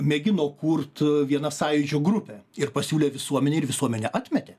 mėgino kurt viena sąjūdžio grupė ir pasiūlė visuomenei ir visuomenė atmetė